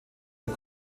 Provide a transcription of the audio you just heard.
der